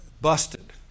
busted